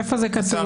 איפה זה כתוב?